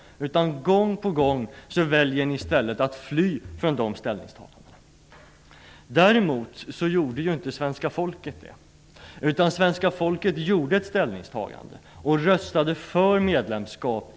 I stället väljer ni att gång på gång fly från de ställningstagandena. Däremot gjorde inte svenska folket det, utan svenska folket gjorde ett ställningstagande i folkomröstningen och röstade för ett medlemskap.